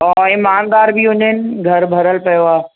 ऐं इमानदार बि हुजनि घर भरियल पियो आहे